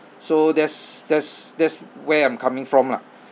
so there's there's there's where I'm coming from lah